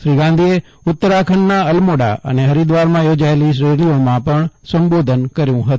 શ્રી ગાંધીએ ઉત્તરાખંડના અલમોડા અને હરિદ્વારમાં યોજાએલી રેલીઓમાં સંબોધન કર્યું હતું